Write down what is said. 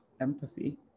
empathy